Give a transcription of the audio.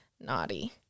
naughty